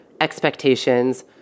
expectations